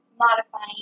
modifying